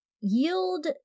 yield